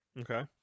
Okay